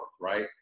right